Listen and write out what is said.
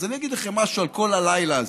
אז אני אגיד לכם משהו על כל הלילה הזה: